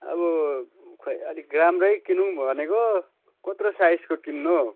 अब खोइ अलिक राम्रै किनौँ भनेको कत्रो साइजको किन्नु हो